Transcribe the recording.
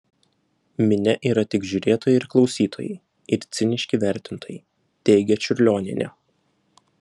minia yra tik žiūrėtojai ir klausytojai ir ciniški vertintojai teigia čiurlionienė